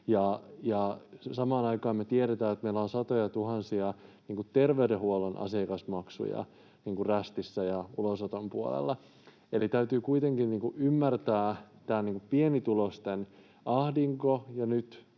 samaan aikaan me tiedetään, että meillä on satojatuhansia terveydenhuollon asiakasmaksuja rästissä ja ulosoton puolella. Eli täytyy kuitenkin ymmärtää tämä pienituloisten ahdinko,